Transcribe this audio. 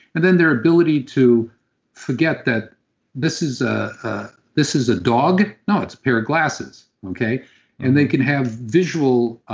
and then their ability to forget that this is ah ah this is a dog, no, it's pair of glasses and they can have visual